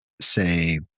say